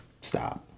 stop